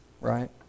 right